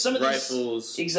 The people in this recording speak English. rifles